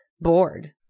bored